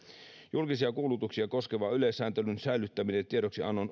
julkisia kuulutuksia koskevan yleissääntelyn säilyttäminen tiedoksiannon